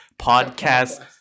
podcast